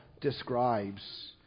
describes